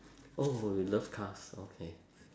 oh you love cars okay